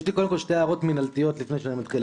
יש לי קודם כל שתי הערות מינהלתיות לפני שאני מתחיל.